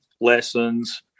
lessons